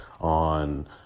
on